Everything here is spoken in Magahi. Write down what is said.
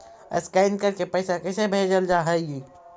स्कैन करके पैसा कैसे भेजल जा हइ?